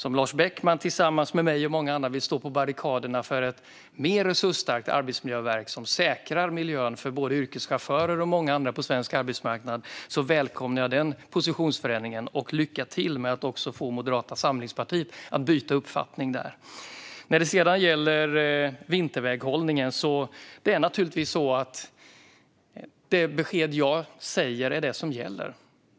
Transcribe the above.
Om Lars Beckman tillsammans med mig och många andra vill stå på barrikaderna för ett mer resursstarkt arbetsmiljöverk som säkrar miljön för yrkeschaufförer och många andra på svensk arbetsmarknad välkomnar jag alltså den positionsförändringen. Lycka till med att också få Moderata samlingspartiet att byta uppfattning! När det gäller vinterväghållningen är det naturligtvis så att det besked jag ger är det som gäller.